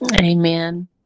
Amen